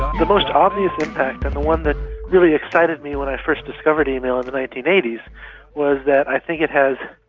the most obvious impact and the one that really excited me when i first discovered email in the nineteen eighty s was that i think it has,